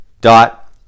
dot